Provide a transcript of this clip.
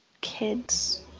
kids